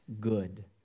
good